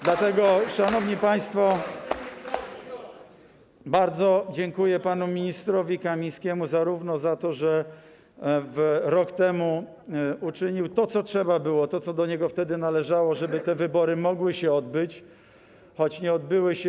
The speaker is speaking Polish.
Dlatego, szanowni państwo, bardzo dziękuję panu ministrowi Kamińskiemu za to, że rok temu uczynił to, co trzeba było, to, co do niego wtedy należało, żeby te wybory mogły się odbyć, choć nie odbyły się.